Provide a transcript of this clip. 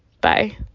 Bye